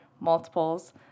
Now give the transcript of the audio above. multiples